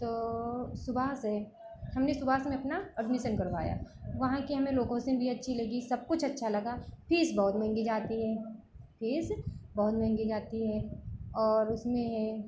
तो सुभाष है हमने सुभाष में अपना एडमीसन करवाया वहाँ की हमें लोकोसिन भी अच्छी लगी सब कुछ अच्छा लगा फ़ीस बहुत महँगी जाती है फ़ीस बहुत महँगी जाती है और उसमें है